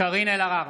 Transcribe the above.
אלהרר,